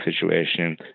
situation